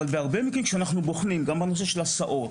אבל בהרבה מקרים כשאנחנו בוחנים גם את הנושא של הסעות,